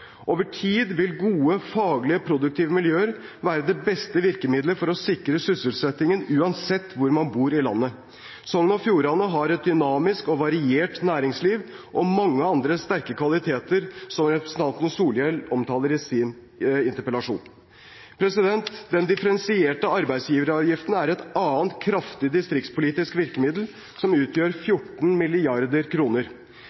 Over tid vil gode faglige og produktive miljøer være det beste virkemidlet for å sikre sysselsettingen, uansett hvor man bor i landet. Sogn og Fjordane har et dynamisk og variert næringsliv og mange andre sterke kvaliteter som representanten Solhjell omtaler i sin interpellasjon. Den differensierte arbeidsgiveravgiften er et annet kraftig distrikts- og regionalpolitisk virkemiddel, som utgjør 14